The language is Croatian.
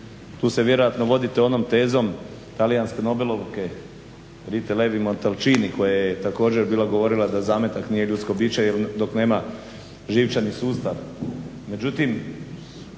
Tu se vjerojatno vodite onom tezom talijanske nobelovke Rite Levin Montelcini koja je također bila govorila da zametak nije ljudsko biće dok nema živčani sustav.